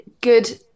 good